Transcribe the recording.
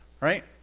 right